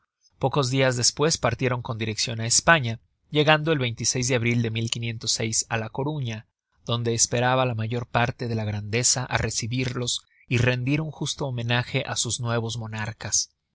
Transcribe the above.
pocos dias despues partieron con direccion á españa llegando el de abril de á la coruña donde esperaba la mayor parte de la grandeza á recibirlos y rendir un justo homenaje á sus nuevos monarcas